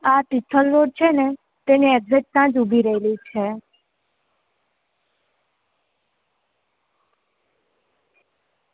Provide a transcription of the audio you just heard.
આ તિથલનું છે ને તેની એકજેટ ત્યાં જ ઊભી રહેલી છે